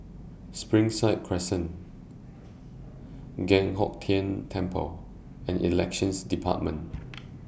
Springside Crescent Giok Hong Tian Temple and Elections department